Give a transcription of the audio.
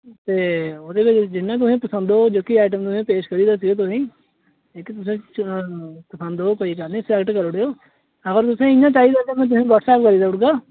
ते ओह्दे लेई जि'न्ना तुसेंगी पसंद होग जोह्की आइटम पेश करियै दस्सी तुसेंगी जेह्की तुसें पसंद होग कोई गल्ल नीं सलैक्ट करी औडे़ओ अगर तुसेंगी इ'यां चाहिदा तुसेंगी व्हाट्सऐप करियै देई ओड़गा